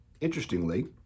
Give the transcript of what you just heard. interestingly